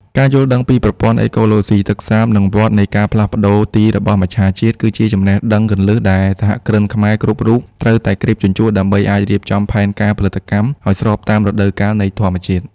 ការយល់ដឹងពីប្រព័ន្ធអេកូឡូស៊ីទឹកសាប និងវដ្តនៃការផ្លាស់ទីរបស់មច្ឆជាតិ គឺជាចំណេះដឹងគន្លឹះដែលសហគ្រិនខ្មែរគ្រប់រូបត្រូវតែក្រេបជញ្ជក់ ដើម្បីអាចរៀបចំផែនការផលិតកម្មឱ្យស្របតាមរដូវកាលនៃធម្មជាតិ។